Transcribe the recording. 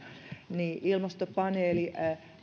niin ilmastopaneeli